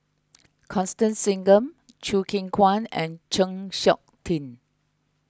Constance Singam Choo Keng Kwang and Chng Seok Tin